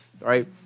right